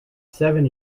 seven